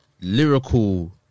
lyrical